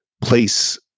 place